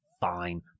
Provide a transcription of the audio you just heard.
fine